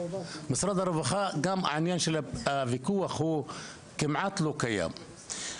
משרד הרווחה גם העניין של הוויכוח הוא כמעט לא קיים.